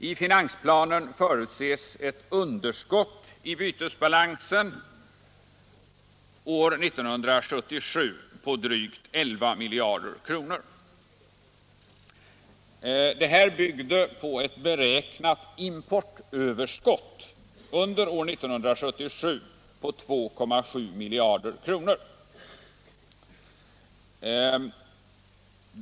I finansplanen förutses ett underskott i bytesbalansen år 1977 på drygt 11 miljarder kronor. Detta byggde på ett beräknat importöverskott under 1977 på 2,7 miljarder kronor.